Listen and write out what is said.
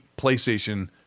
PlayStation